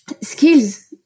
skills